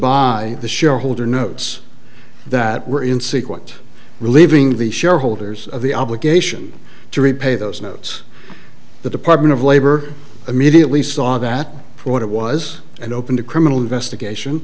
buy the shareholder notes that were in sequent relieving the shareholders of the obligation to repay those notes the department of labor immediately saw that for what it was and opened a criminal investigation